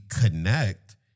connect